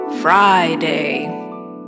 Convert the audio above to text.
Friday